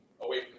away